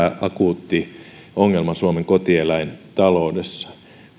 akuutti ongelma suomen kotieläintaloudessa